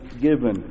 given